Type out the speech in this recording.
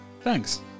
Thanks